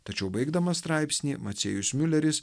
tačiau baigdamas straipsnį maciejus miuleris